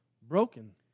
broken